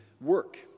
work